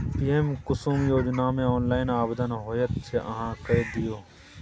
PM Kusum योजनामे online आवेदन होइत छै अहाँ कए दियौ